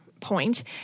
point